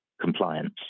compliance